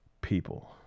People